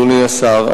אדוני השר,